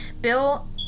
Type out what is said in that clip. Bill